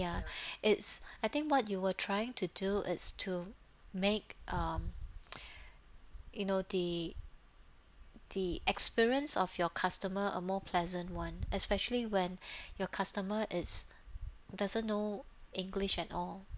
ya it's I think what you were trying to do is to make um you know the the experience of your customer a more pleasant [one] especially when your customer is doesn't know english at all